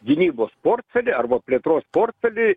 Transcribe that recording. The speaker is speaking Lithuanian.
gynybos portfelį arba plėtros portfelį